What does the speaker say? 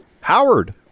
Howard